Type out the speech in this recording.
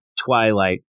Twilight